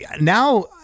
now